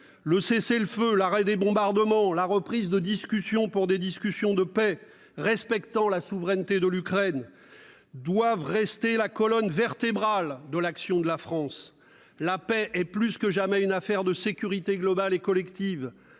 Le cessez-le-feu, l'arrêt des bombardements, la reprise de discussions de paix respectant la souveraineté de l'Ukraine doivent rester la colonne vertébrale de l'action de la France. La paix est plus que jamais une affaire de sécurité globale et collective.